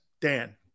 Dan